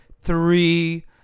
Three